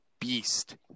beast